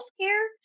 healthcare